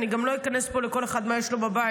אני גם לא איכנס פה לכל אחד מה יש לו בבית,